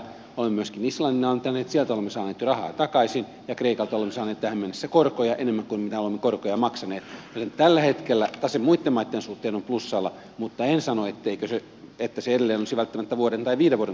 olemme myöskin islannille antaneet sieltä olemme saaneet jo rahaa takaisin ja kreikalta olemme saaneet tähän mennessä korkoja enemmän kuin mitä olemme korkoja maksaneet joten tällä hetkellä tase muitten maitten suhteen on plussalla mutta en sano että se edelleen olisi välttämättä vuoden tai viiden vuoden kuluttua plussalla